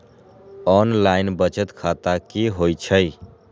Online बचत खाता की होई छई?